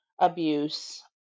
abuse